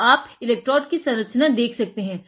तो आप एलेक्ट्रोड़ का स्ट्रक्चर देख सकते हैं